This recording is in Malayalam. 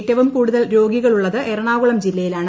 ഏറ്റവും കൂടുതൽ രോഗികളുള്ളത് എറണാകുള്ളൂ ജില്ലയിലാണ്